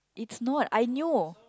it's not I knew